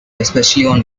especially